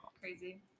Crazy